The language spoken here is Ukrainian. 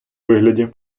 вигляді